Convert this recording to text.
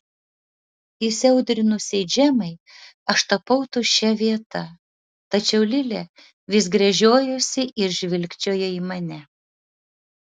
įsiaudrinusiai džemai aš tapau tuščia vieta tačiau lilė vis gręžiojosi ir žvilgčiojo į mane